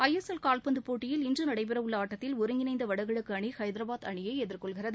ஜ்ர்ஸ்எல் கால்பந்துப் போட்டியில் இன்று நடைபெறவுள்ள ஒருங்கிணைந்த வடகிழக்கு அணி ஹைதராபாத் அணியை எதிர்கொள்கிறது